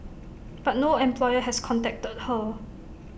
but no employer has contacted her